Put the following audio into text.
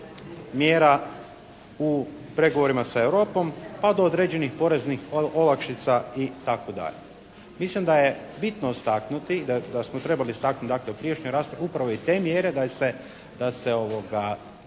mjera u pregovorima sa Europom pa do određenih poreznih olakšica, itd. Mislim da je bitno istaknuti, da smo trebali istaknuti dakle u prijašnjoj raspravi upravo i te mjere da ih se